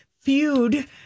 feud